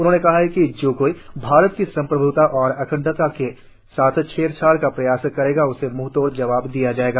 उन्होंने कहा कि जो कोई भारत की सम्प्रभ्ता और अखंडता के साथ छेड़छाड़ का प्रयास करेगा उसे मुंहतोड़ जवाब दिया जाएगा